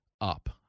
up